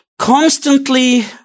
Constantly